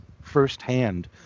firsthand